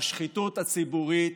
והשחיתות הציבורית,